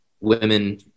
women